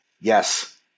yes